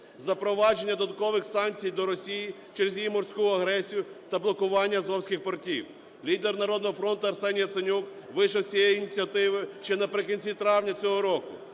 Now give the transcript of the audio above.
Запровадження додаткових санкцій до Росії через її морську агресію та блокування азовських портів. Лідер "Народного фронту" Арсеній Яценюк вийшов з цією ініціативою ще наприкінці травня цього року.